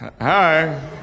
Hi